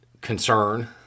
concern